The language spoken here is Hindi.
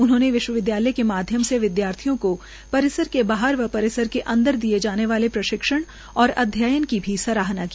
उन्होंने विश्वविद्यालय के माध्यम से विदयार्थियों को परिसर के बाहर और परिसर के अन्दर दिए जाने वाले प्रशिक्षण और अध्ययन की भी सराहना की